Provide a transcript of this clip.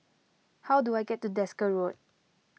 how do I get to Desker Road